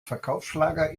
verkaufsschlager